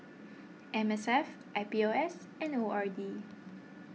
M S F I P O S and O R D